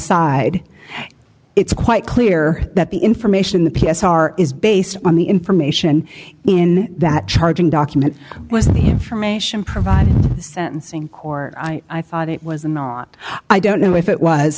side it's quite clear that the information the p s r is based on the information in that charging document was the information provided sentencing or i thought it was a not i don't know if it was